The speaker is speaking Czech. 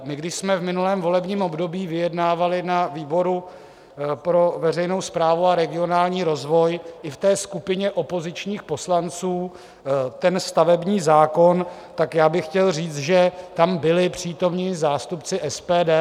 Když jsme v minulém volebním období vyjednávali na výboru pro veřejnou správu a regionální rozvoj i ve skupině opozičních poslanců stavební zákon, tak bych chtěl říct, že tam byli přítomni i zástupci SPD.